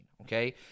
okay